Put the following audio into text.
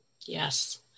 Yes